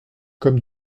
comme